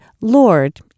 Lord